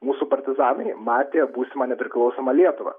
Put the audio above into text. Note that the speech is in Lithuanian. mūsų partizanai matė būsimą nepriklausomą lietuvą